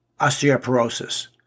osteoporosis